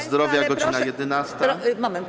Zdrowia - godz. 11... [[Gwar na sali]] Moment.